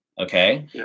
okay